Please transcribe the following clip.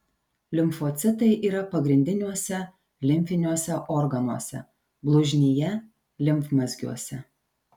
limfocitai yra pagrindiniuose limfiniuose organuose blužnyje limfmazgiuose